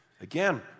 Again